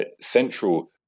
central